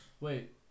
Wait